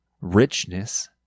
richness